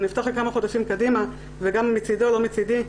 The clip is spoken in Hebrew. הוא נפתח רק כמה חודשים קדימה וגם מצידו ולא מצידי.